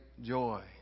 joy